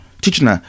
teaching